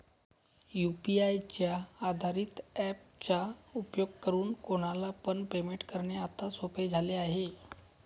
UPI च्या आधारित app चा उपयोग करून कोणाला पण पेमेंट करणे आता सोपे झाले आहे